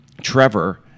Trevor